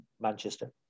Manchester